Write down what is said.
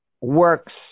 works